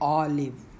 olive